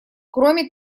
кроме